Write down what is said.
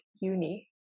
uni